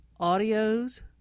audios